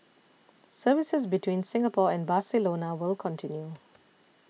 services between Singapore and Barcelona will continue